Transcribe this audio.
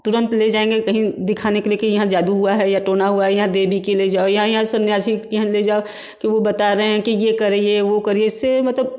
तुरंत ले जाएँगे कहीं दिखाने के लिए कि यहाँ जादू हुआ है या टोना हुआ या देवी के ले जाओ या यहाँ सन्यासी के यहाँ ले जाओ कि वो बता रहे हैं कि ये करें वो करिए इससे मतलब